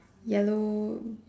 yellow